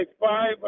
five